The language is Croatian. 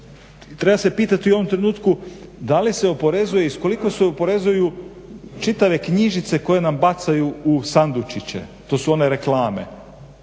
Treba se pitati u ovom trenutku da li se oporezuje i s koliko se oporezuju čitave knjižice koje nam bacaju u sandučiće. To su one reklame.